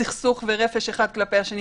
בסכסוך ורפש אחד כלפי השני,